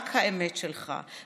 רק האמת שלך,